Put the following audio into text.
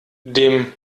dem